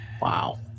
Wow